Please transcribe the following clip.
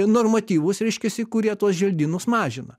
normatyvus reiškiasi kurie tuos želdynus mažina